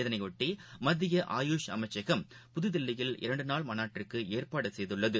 இதையொட்டிமத்திய ஆயுஷ் அமைச்சகம் புதுதில்லியில் இரண்டுநாள் மாநாட்டிற்குஏற்பாடுசெய்துள்ளது